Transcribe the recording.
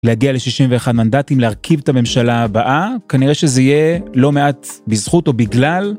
להגיע ל-61 מנדטים, להרכיב את הממשלה הבאה, כנראה שזה יהיה לא מעט בזכות או בגלל.